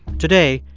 today,